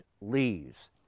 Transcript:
leaves